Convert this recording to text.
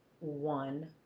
one